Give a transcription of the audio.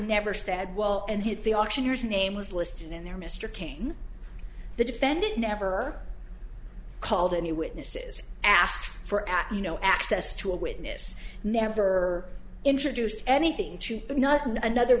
never said well and hit the auctioneers name was listed in there mr kane the defendant never called any witnesses asked for at you no access to a witness never introduced anything